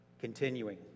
Continuing